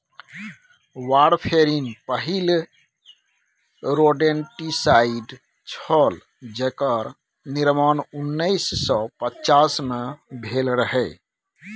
warfarin पहिल rodenticide छल जेकर निर्माण उन्नैस सय पचास मे भेल रहय